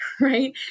right